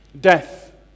Death